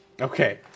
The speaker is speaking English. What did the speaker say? Okay